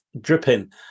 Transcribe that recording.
dripping